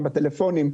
גם הטלפונים,